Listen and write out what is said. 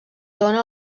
dóna